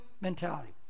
mentality